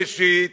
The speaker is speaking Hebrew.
ראשית,